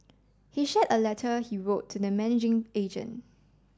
he shared a letter he wrote to the managing agent